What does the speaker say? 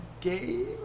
game